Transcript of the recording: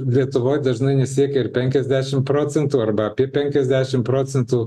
lietuvoj dažnai nesiekia ir penkiasdešim procentų arba apie penkiasdešim procentų